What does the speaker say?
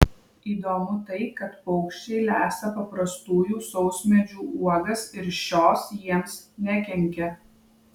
įdomu tai kad paukščiai lesa paprastųjų sausmedžių uogas ir šios jiems nekenkia